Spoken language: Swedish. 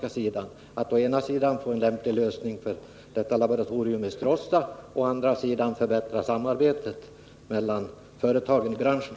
Å ena sidan vill man få till stånd en lämplig lösning för detta laboratorium i Stråssa, och å andra sidan vill man förbättra samarbetet mellan företagen i branschen.